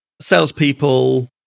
salespeople